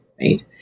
right